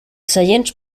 seients